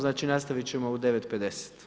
Znači nastavit ćemo u 9,50.